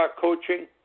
coaching